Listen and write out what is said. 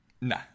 nah